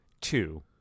Two